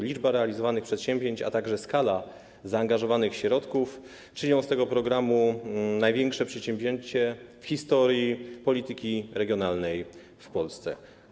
Liczba realizowanych przedsięwzięć, a także skala zaangażowanych środków, czynią z tego programu największe przedsięwzięcie w historii polityki regionalnej w Polsce.